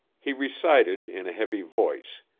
he recited in a heavy voice,